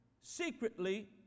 secretly